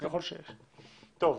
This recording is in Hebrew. תודה.